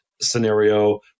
scenario